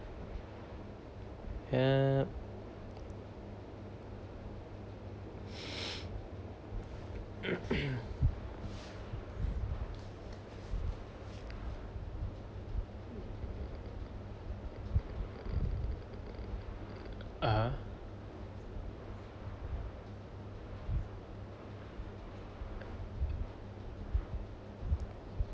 yup mm ah